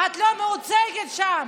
ואת לא מיוצגת שם.